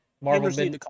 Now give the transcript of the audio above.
Marvel